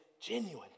genuine